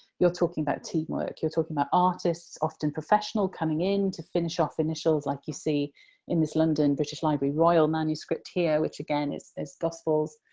you're talking about team-work. you're talking about artists, often professional, coming in to finish off initials like you see in this london, british library, royal manuscript here, which, again, is is gospels.